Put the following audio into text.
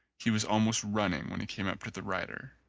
he was almost run ning when he came up to the rider.